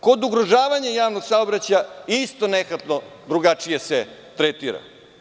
Kod ugrožavanja javnog saobraćaja isto nehatno se drugačije tretira.